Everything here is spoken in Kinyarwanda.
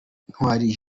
ntwari